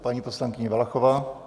Paní poslankyně Valachová.